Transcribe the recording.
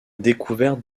découverte